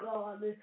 God